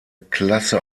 klasse